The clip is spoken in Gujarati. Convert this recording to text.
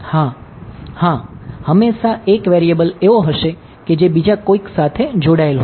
હાં હંમેશાં એક વેરીએબલ એવો હશે કે જે બીજા કોઈક સાથે જોડાયેલ હોય